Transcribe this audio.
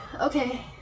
okay